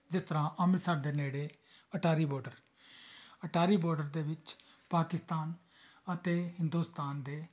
ਜਿਸ ਤਰ੍ਹਾਂ ਅੰਮ੍ਰਿਤਸਰ ਦੇ ਨੇੜੇ ਅਟਾਰੀ ਬੋਡਰ ਅਟਾਰੀ ਬੋਡਰ ਦੇ ਵਿੱਚ ਪਾਕਿਸਤਾਨ ਅਤੇ ਹਿੰਦੁਸਤਾਨ ਦੇ